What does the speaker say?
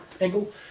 angle